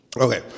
Okay